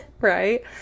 Right